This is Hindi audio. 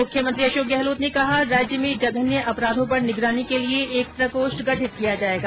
मुख्यमंत्री अशोक गहलोत ने कहा राज्य में जघन्य अपराधों पर निगरानी के लिये एक प्रकोष्ठ गठित किया जायेगा